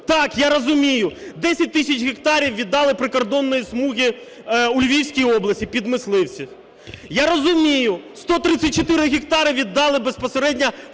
Так, я розумію, 10 тисяч гектарів віддали прикордонної смуги у Львівській області під мисливство. Я розумію, 134 гектари віддали безпосередньо